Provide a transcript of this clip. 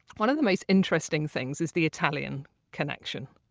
one of the most interesting things is the italian connection.